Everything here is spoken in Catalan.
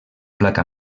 placa